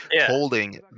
holding